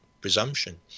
presumption